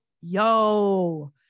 yo